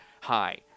Hi